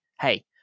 Hey